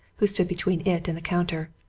who stood between it and the counter.